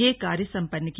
यह कार्य सम्पन्न किया